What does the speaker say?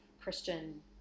Christian